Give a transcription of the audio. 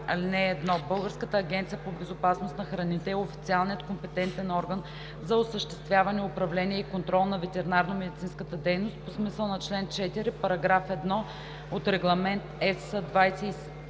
така: „(1) Българската агенция по безопасност на храните е официалният компетентен орган за осъществяване, управление и контрол на ветеринарномедицинската дейност по смисъла на чл. 4, параграф 1 от Регламент (EС)